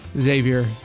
Xavier